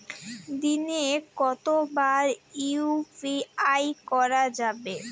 দিনে কতবার ইউ.পি.আই করা যাবে?